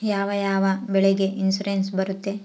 ಯಾವ ಯಾವ ಬೆಳೆಗೆ ಇನ್ಸುರೆನ್ಸ್ ಬರುತ್ತೆ?